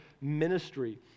ministry